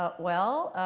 ah well,